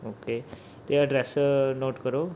okay ਅਤੇ address note ਕਰੋ